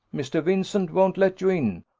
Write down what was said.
mr. vincent won't let you in,